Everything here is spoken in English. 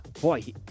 boy